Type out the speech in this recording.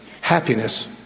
happiness